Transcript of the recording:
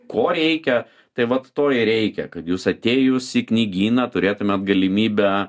ko reikia tai vat to ir reikia kad jūs atėjus į knygyną turėtumėt galimybę